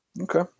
Okay